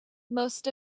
most